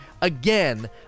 Again